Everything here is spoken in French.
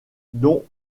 dont